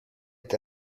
est